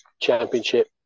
championship